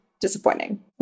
disappointing